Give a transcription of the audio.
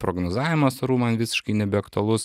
prognozavimas orų man visiškai nebeaktualus